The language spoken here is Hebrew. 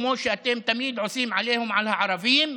כמו שאתם תמיד עושים עליהום על הערבים.